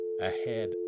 ahead